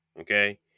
Okay